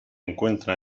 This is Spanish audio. encuentra